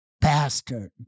bastard